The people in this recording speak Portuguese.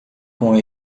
com